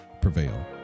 prevail